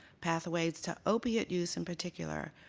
pathways to opiate use in particular,